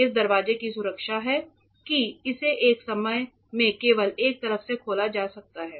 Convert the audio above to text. इस दरवाजे की सुरक्षा है कि इसे एक समय में केवल एक तरफ से खोला जा सकता है